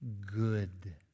good